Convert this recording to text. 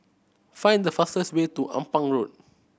find the fastest way to Ampang Walk